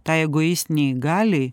tai egoistinei galiai